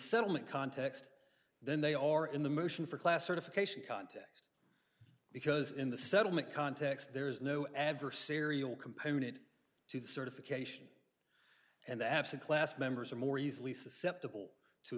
settlement context then they are in the motion for class certification context because in the settlement context there is no adversarial component to the certification and absent class members are more easily susceptible to